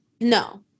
No